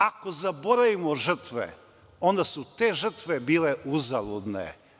Ako zaboravimo žrtve, onda su te žrtve bile uzaludne.